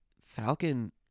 Falcon